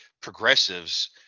progressives